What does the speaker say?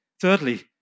Thirdly